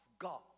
God